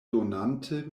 donante